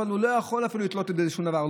לא יכול אפילו לתלות את זה בשום דבר.